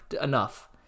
enough